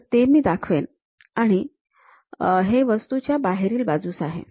तर ते मी दाखवेन आणि हे वस्तूच्या बाहेरील बाजूस आहे